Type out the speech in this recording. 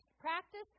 practice